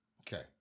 Okay